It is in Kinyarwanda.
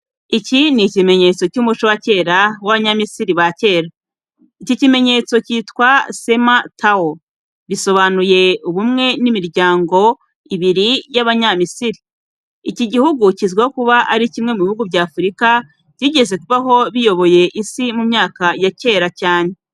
Iki ni ikimenyetso cy'umuco wa kera w’Abanyamisiri ba kera. Iki kimenyetso cyitwaga "Sema-tawy" bisobanuye ubumwe bw'imiryango ibiri y'Abanyamisiri .Iki gihugu kizwiho kuba ari kimwe mu bihugu bya Afurika byigeze kubaho biyoboye isi mu myaka ya kera cyane.